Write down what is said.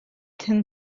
thin